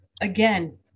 Again